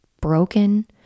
broken